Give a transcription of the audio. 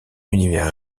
univers